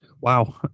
Wow